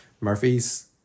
Murphy's